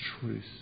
truth